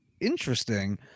interesting